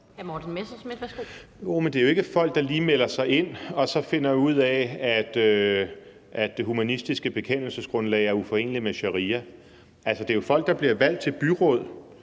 det er jo ikke folk, der lige melder sig ind og så finder ud af, at det humanistiske bekendelsesgrundlag er uforeneligt med sharia; det er jo folk, der bliver valgt til byråd,